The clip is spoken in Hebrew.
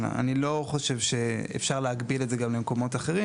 אני לא חושב שאפשר להקביל את זה גם למקומות אחרים.